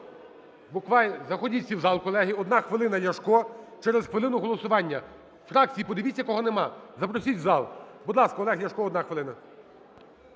Заходіть всі у зал, колеги. 1 хвилина, Ляшко. Через хвилину голосування. Фракції, подивіться кого нема, запросіть у зал. Будь ласка, Олег Ляшко, одна хвилина.